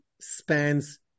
spans